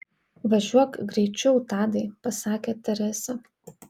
važiuok greičiau tadai pasakė teresė